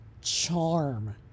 charm